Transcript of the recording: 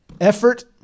effort